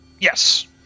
Yes